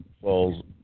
falls